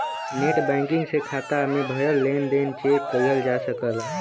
net banking से खाता में भयल लेन देन चेक किहल जा सकला